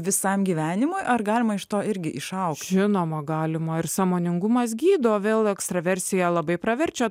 visam gyvenimui ar galima iš to irgi išaugs žinoma galima ir sąmoningumas gydo vėl ekstraversija labai praverčia